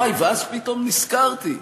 וואי, ואז פתאום נזכרתי,